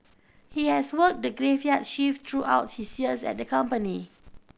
he has worked the graveyard shift throughout his years at the company